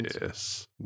Yes